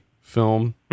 film